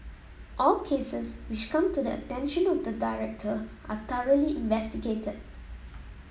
all cases which come to the attention of the director are thoroughly investigated